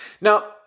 Now